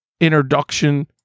introduction